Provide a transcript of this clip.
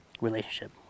relationship